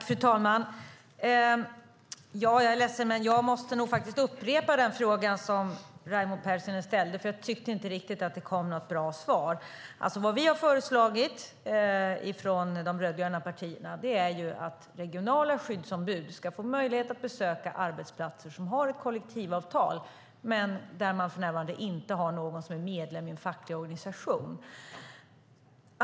Fru talman! Jag är ledsen, men jag måste nog upprepa den fråga Raimo Pärssinen ställde. Jag tyckte nämligen inte riktigt att det kom något bra svar. Vad vi har föreslagit ifrån de rödgröna partierna är att regionala skyddsombud ska få möjlighet att besöka arbetsplatser som har ett kollektivavtal men där man för närvarande inte har någon som är medlem i en facklig organisation.